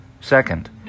Second